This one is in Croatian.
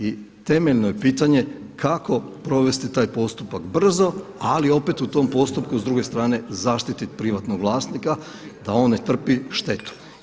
I temeljno je pitanje kako provesti taj postupak brzo, ali opet u tom postupku s druge strane zaštitit privatnog vlasnika da on ne trpi štetu.